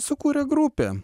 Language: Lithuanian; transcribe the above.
sukūrė grupę